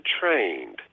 trained